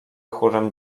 chórem